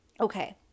Okay